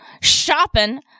shopping